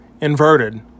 inverted